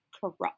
corrupt